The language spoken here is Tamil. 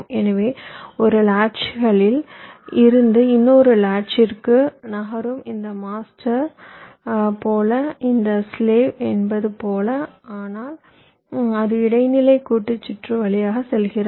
எனவே ஒரு லாட்ச்களில் இருந்து இன்னொரு இடத்திற்கு நகரும் இது மாஸ்டர் போல இது ஸ்லேவ் என்பது போல ஆனால் அது இடைநிலை கூட்டு சுற்று வழியாக செல்கிறது